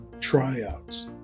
tryouts